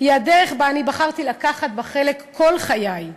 הדרך שבה אני בחרתי לקחת חלק כל חיי.